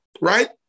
right